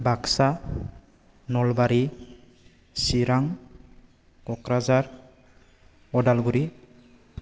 Baksa Nalbari Chirang Kokrajhar Udalguri